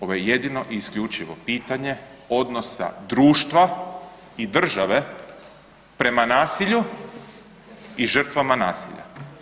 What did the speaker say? Ovo je jedino i isključivo pitanje odnosa društva i države prema nasilju i žrtvama nasilja.